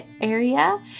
area